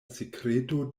sekreto